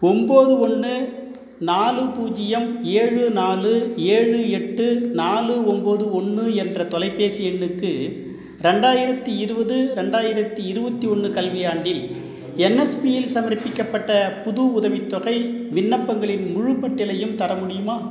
ஒம்பது ஒன்று நாலு பூஜ்ஜியம் ஏழு நாலு ஏழு எட்டு நாலு ஒம்பது ஒன்று என்ற தொலைபேசி எண்ணுக்கு ரெண்டாயிரத்து இருபது ரெண்டாயிரத்து இருபத்தி ஒன்று கல்வியாண்டில் என்எஸ்பியில் சமர்ப்பிக்கப்பட்ட புது உதவித்தொகை விண்ணப்பங்களின் முழுப் பட்டியலையும் தர முடியுமா